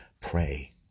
pray